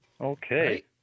Okay